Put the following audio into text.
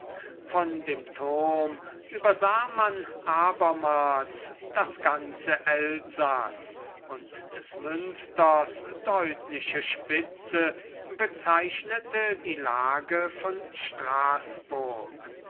von dem turm übersah man abermals das ganze elsaß und des münsters deutliche spitze bezeichnete die lage von straßburg